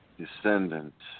descendant